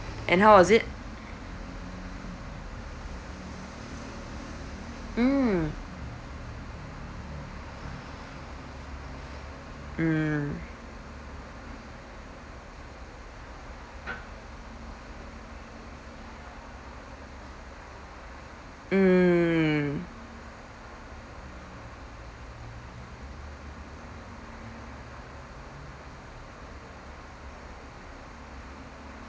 and how was it mm mm mm